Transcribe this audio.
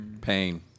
Pain